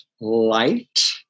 light